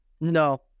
No